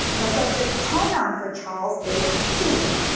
the subject pronoun for charles is he.